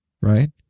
right